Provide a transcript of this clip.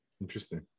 Interesting